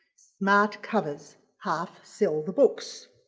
smart covers half sell the books.